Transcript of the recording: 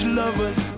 lovers